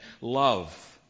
love